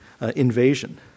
invasion